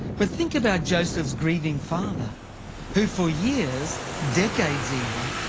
but think about joseph's grieving father who, for years, decades even,